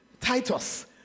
Titus